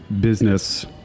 business